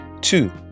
Two